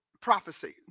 prophecy